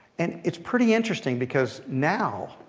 and it's pretty interesting, because now,